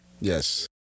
Yes